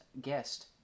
guest